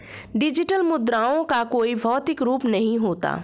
digital मुद्राओं का कोई भौतिक रूप नहीं होता